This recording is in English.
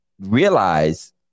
realize